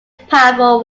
powerful